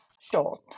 Sure